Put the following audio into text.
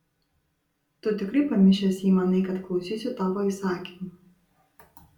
tu tikrai pamišęs jei manai kad klausysiu tavo įsakymų